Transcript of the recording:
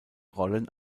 rollen